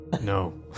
No